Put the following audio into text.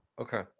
Okay